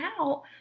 out